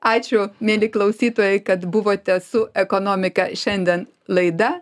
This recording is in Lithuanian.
ačiū mieli klausytojai kad buvote su ekonomika šiandien laida